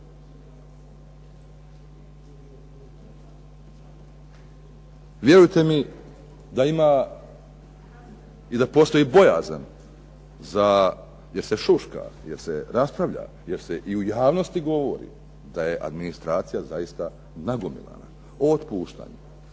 Vjerujte mi da ima i da postoji bojazan za, jer se šuška, jer se raspravlja, jer se i u javnosti govori da je administracija zaista nagomilana, otpuštanja.